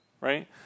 right